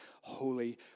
holy